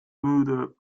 müde